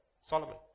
Solomon